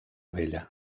vella